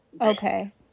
okay